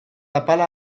apala